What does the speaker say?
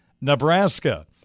Nebraska